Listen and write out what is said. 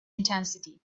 intensity